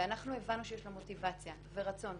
ואנחנו הבנו שיש לו מוטיבציה ורצון.